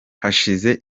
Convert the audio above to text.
hashize